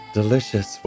delicious